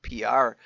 PR